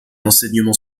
enseignement